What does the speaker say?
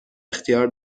اختیار